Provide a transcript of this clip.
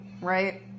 Right